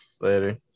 Later